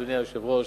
אדוני היושב-ראש,